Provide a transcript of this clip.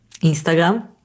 instagram